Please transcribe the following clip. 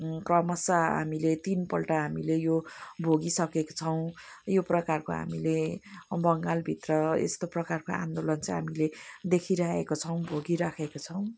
क्रमशः हामीले तिनपल्ट हामीले यो भोगिसकेको छौँ यो प्रकारको हामीले बङ्गालभित्र यस्तो प्रकारको आन्दोलन चाहिँ हामीले देखिरहेको छौँ भोगिराखेको छौँ